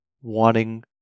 wanting